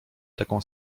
taką